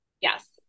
Yes